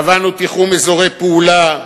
קבענו תיחום אזורי פעולה,